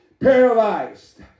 paralyzed